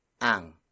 Ang